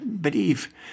believe